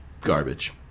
garbage